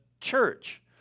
church